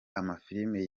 amafilimi